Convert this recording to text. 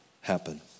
happen